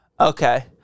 okay